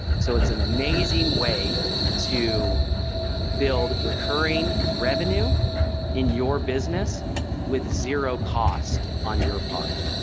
so it's an amazing way to build recurring revenue in your business with zero cost on your part.